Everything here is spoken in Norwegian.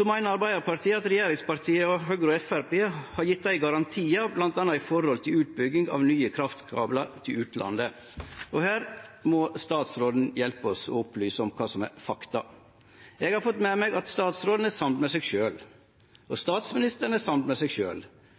Arbeidarpartiet meiner at regjeringspartia Høgre og Framstegspartiet har gjeve garantiar, bl.a. når det gjeld utbygging av nye kraftkablar til utlandet. Her må statsråden hjelpe oss og opplyse om kva som er fakta. Eg har fått med meg at statsråden er samd med seg sjølv, og statsministeren er samd med seg